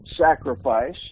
sacrifice